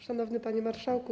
Szanowny Panie Marszałku!